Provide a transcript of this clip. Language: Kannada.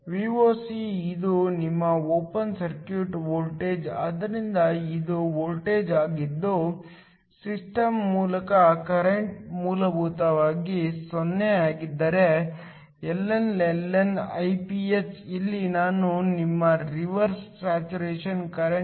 Voc ಇದು ನಿಮ್ಮ ಓಪನ್ ಸರ್ಕ್ಯೂಟ್ ವೋಲ್ಟೇಜ್ ಆದ್ದರಿಂದ ಇದು ವೋಲ್ಟೇಜ್ ಆಗಿದ್ದು ಸಿಸ್ಟಮ್ ಮೂಲಕ ಕರೆಂಟ್ ಮೂಲಭೂತವಾಗಿ 0 ಆಗಿದ್ದರೆ ln ln Iph ಇಲ್ಲಿ ನಾನು ನಿಮ್ಮ ರಿವರ್ಸ್ ಸ್ಯಾಚುರೇಶನ್ ಕರೆಂಟ್